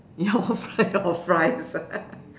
your fri~ your fries